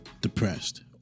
depressed